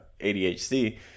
ADHD